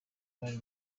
bari